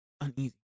uneasy